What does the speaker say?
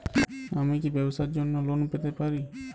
আমি কি ব্যবসার জন্য লোন পেতে পারি?